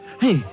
Hey